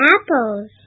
apples